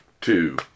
two